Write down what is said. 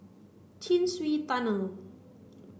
Chin Swee Tunnel